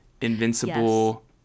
Invincible